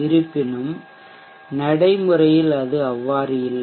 இருப்பினும் நடைமுறையில் அது அவ்வாறு இல்லை